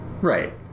Right